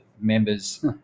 members